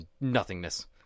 nothingness